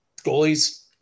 goalies